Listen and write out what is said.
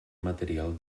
material